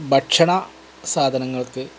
ഭക്ഷണ സാധനങ്ങൾക്ക്